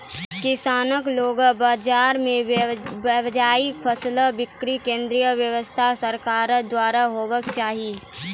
किसानक लोकल बाजार मे वाजिब फसलक बिक्री केन्द्रक व्यवस्था सरकारक द्वारा हेवाक चाही?